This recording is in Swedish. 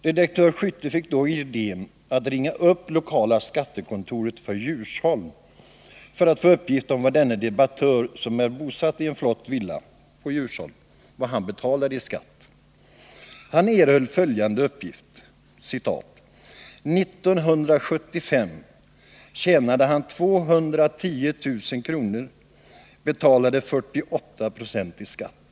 Redaktör Skytte fick då idén att ringa upp lokala skattekontoret för Djursholm för att få uppgift om vad denne debattör, som är bosatt i en flott villa, betalade i skatt. Han erhöll följande uppgift: ”1975 tjänade han 210 000 kronor betalade 48 procent i skatt.